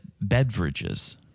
beverages